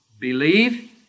believe